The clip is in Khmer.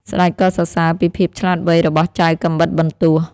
ស្ដេចក៏សរសើរពីភាពឆ្លាតវៃរបស់ចៅកាំបិតបន្ទោះ។